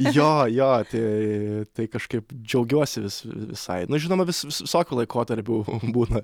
jo jo tai tai kažkaip džiaugiuosi vis visai nu žinoma vis visokių laikotarpių būna